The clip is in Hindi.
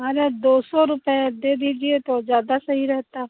अरे दो सौ रुपये दे दीजिए तो ज़्यादा सही रहता